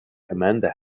amanda